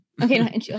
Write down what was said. Okay